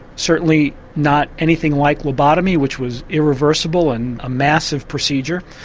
certainly not anything like lobotomy which was irreversible and a massive procedure,